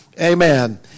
Amen